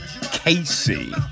Casey